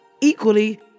Equally